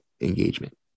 engagement